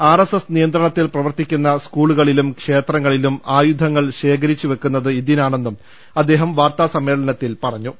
R S S നിയന്ത്രണത്തിൽ പ്രവർത്തിക്കുന്ന സ്കൂളു കളിലും ക്ഷേത്രങ്ങളിലും ആയുധങ്ങൾ ശേഖരിച്ചുവെ യ്ക്കുന്നത് ഇതിനാണെന്നും അദ്ദേഹം വാർത്താസമ്മേ ളനത്തിൽ പറഞ്ഞു